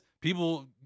People